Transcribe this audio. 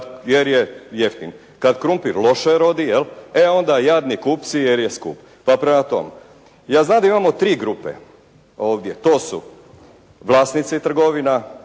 jer je jeftin. Kad krumpir loše rodi, jel', e onda jadni kupci jer je skup. Pa prema tome ja znam da imamo tri grupe ovdje, to su vlasnici trgovina,